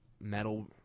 metal